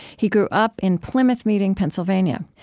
he grew up in plymouth meeting, pennsylvania.